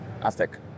Aztec